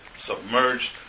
submerged